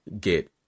get